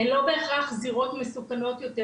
הן לא בהכרח זירות מסוכנות יותר,